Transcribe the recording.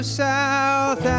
south